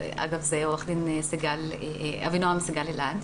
שזה עו"ד אבינועם סגל אילת,